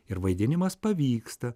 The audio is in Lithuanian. ir vaidinimas pavyksta